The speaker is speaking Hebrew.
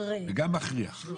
וגם מכריח.